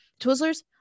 Twizzlers